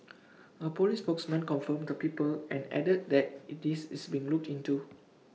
A Police spokesman confirmed the people and added that IT is is being looked into